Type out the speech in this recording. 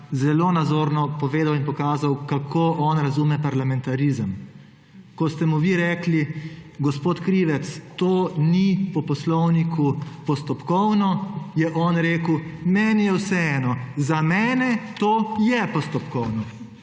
zelo nazorno povedal in pokazal kako on razume parlamentarizem. Ko ste mu vi rekli gospod Krivec to ni po Poslovniku postopkovno je on rekel meni je vseeno. Za mene to je postopkovno.